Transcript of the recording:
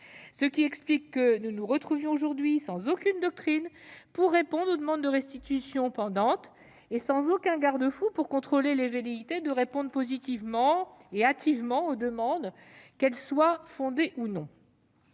ce qui explique que nous nous retrouvions aujourd'hui sans aucune doctrine pour répondre aux demandes de restitution pendantes, et sans aucun garde-fou pour contrôler les velléités de répondre positivement et hâtivement aux demandes, qu'elles soient ou non